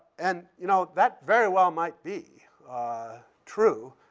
and you know that very well might be true,